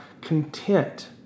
content